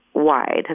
wide